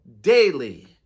daily